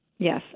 Yes